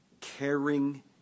caring